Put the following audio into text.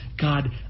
god